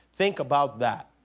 think about that.